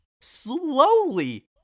slowly